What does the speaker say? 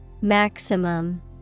Maximum